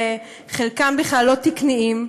חלקם בכלל לא תקניים,